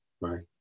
right